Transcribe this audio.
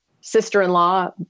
sister-in-law